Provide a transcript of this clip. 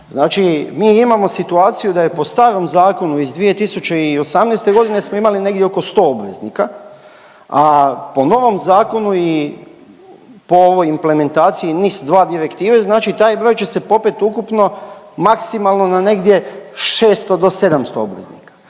Znači mi imamo situaciju da je po starom zakonu iz 2018. g. smo imali negdje oko 100 obveznika, a po novom zakonu i po ovoj implementaciji NIS-2 direktive, znači taj broj će se popeti ukupno maksimalno na negdje 600 do 700 obveznika.